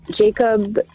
Jacob